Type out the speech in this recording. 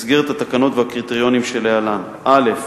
במסגרת התקנות והקריטריונים שלהלן: א.